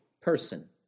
person